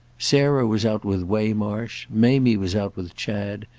sarah was out with waymarsh, mamie was out with chad,